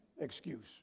excuse